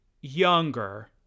younger